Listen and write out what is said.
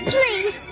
Please